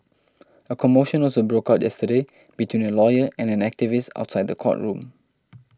a commotion also broke out yesterday between a lawyer and an activist outside the courtroom